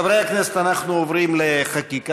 חברי הכנסת, אנחנו עוברים לחקיקה.